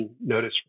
notice